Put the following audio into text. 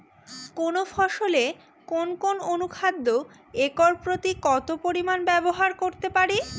কোন ফসলে কোন কোন অনুখাদ্য একর প্রতি কত পরিমান ব্যবহার করতে পারি?